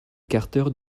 carter